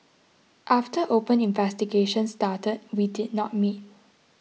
after open investigations started we did not meet